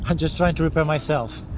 um just trying to repair myself.